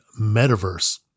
Metaverse